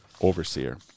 overseer